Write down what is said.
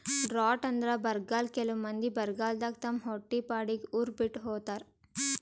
drought ಅಂದ್ರ ಬರ್ಗಾಲ್ ಕೆಲವ್ ಮಂದಿ ಬರಗಾಲದಾಗ್ ತಮ್ ಹೊಟ್ಟಿಪಾಡಿಗ್ ಉರ್ ಬಿಟ್ಟ್ ಹೋತಾರ್